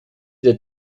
der